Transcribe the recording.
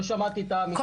נכון?